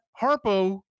Harpo